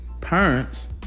parents